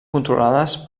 controlades